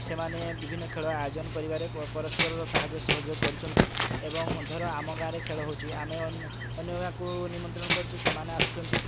ସେମାନେ ବିଭିନ୍ନ ଖେଳ ଆୟୋଜନ କରିବାରେ ପରସ୍ପରର ସାହାଯ୍ୟ ସହଯୋଗ କରୁଛନ୍ତି ଏବଂ ଧର ଆମ ଗାଁ ରେ ଖେଳ ହେଉଛି ଆମେ ଅନ୍ୟ ଗାଁ କୁ ନିମନ୍ତ୍ରଣ କରୁଛୁ ସେମାନେ ଆସୁଛନ୍ତି